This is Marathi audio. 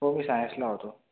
हो मी सायन्सला होतो